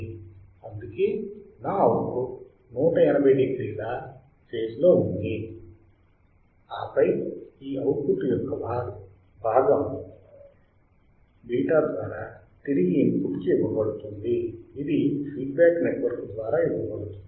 అందుకే నా అవుట్పుట్ 180 డిగ్రీల ఫేజ్ లో ఉంది ఆపై ఈ అవుట్పుట్ యొక్క ఈ భాగం β ద్వారా తిరిగి ఇన్పుట్ కి ఇవ్వబడుతుంది ఇది ఫీడ్ బ్యాక్ నెట్వర్క్ ద్వారా ఇవ్వబడుతుంది